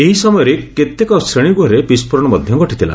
ଏହି ସମୟରେ କେତେକ ଶ୍ରେଣୀଗୃହରେ ବିସ୍ଫୋରଣ ମଧ୍ୟ ଘଟିଥିଲା